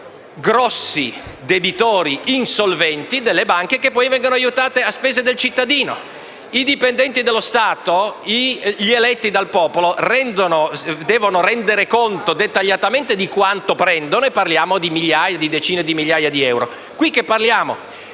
siano grossi debitori insolventi delle banche, che poi vengono aiutate a spese del cittadino. I dipendenti dello Stato, gli eletti dal popolo devono rendere conto dettagliatamente di quanto prendono. Lì parliamo di decine di migliaia di euro. Poiché qui parliamo